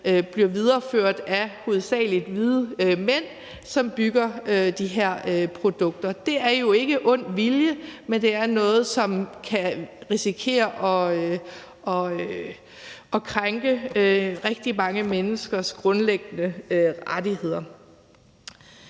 bliver videreført af hovedsagelig hvide mænd, som bygger de her produkter. Det er jo ikke af ond vilje, men det er noget, som kan risikere at krænke rigtig mange menneskers grundlæggende rettigheder.